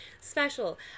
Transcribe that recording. special